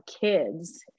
kids